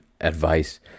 advice